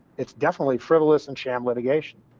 it's definitely frivolous and sham litigation.